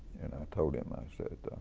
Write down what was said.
and i told him, i said,